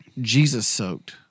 Jesus-soaked